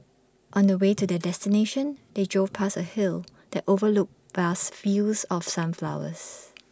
on the way to their destination they drove past A hill that overlooked vast fields of sunflowers